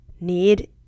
need